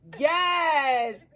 Yes